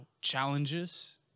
challenges